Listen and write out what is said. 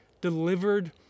delivered